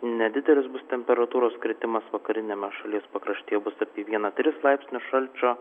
nedidelis bus temperatūros kritimas vakariniame šalies pakraštyje bus apie vieną tris laipsnius šalčio